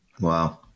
Wow